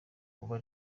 aba